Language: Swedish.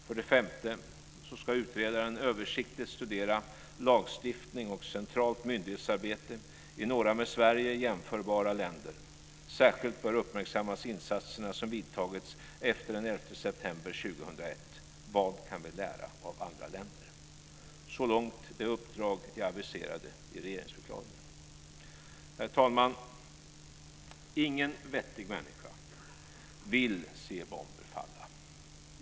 För det femte ska utredaren översiktligt studera lagstiftning och centralt myndighetsarbete i några med Sverige jämförbara länder. Särskilt bör uppmärksammas insatserna som vidtagits efter den 11 september 2001. Vad kan vi lära av andra länder? Så långt det i regeringsförklaringen aviserade uppdraget. Herr talman! Ingen vettig människa vill se bomber falla.